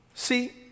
See